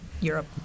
Europe